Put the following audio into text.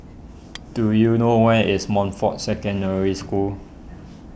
do you know where is Montfort Secondary School